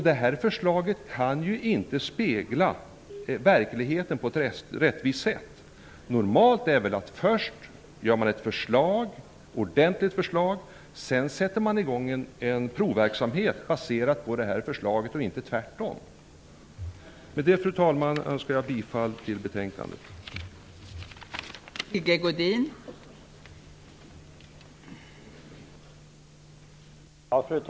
Därför kan förslaget inte spegla verkligheten på ett rättvist sätt. Det normala är att man först lägger fram ett ordentligt förslag. Därefter sätter man i gång en provverksamhet som är baserad på förslaget, inte tvärtom. Med det, fru talman, yrkar jag bifall till utskottets hemställan.